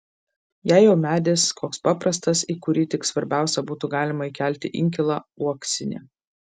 jei jau medis koks paprastas į kurį tik svarbiausia būtų galima įkelti inkilą uoksinį